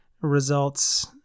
results